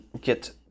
get